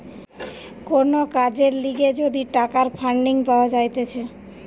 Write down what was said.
কোন কাজের লিগে যদি টাকার ফান্ডিং পাওয়া যাইতেছে